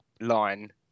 line